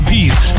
Peace